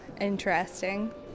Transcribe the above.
interesting